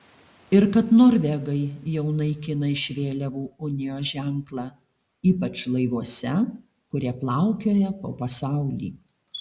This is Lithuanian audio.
ir kad norvegai jau naikina iš vėliavų unijos ženklą ypač laivuose kurie plaukioja po pasaulį